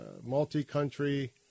multi-country